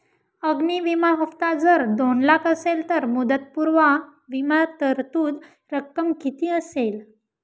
अग्नि विमा हफ्ता जर दोन लाख असेल तर मुदतपूर्व विमा तरतूद रक्कम किती असेल?